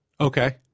Okay